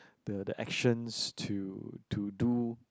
the the actions to to do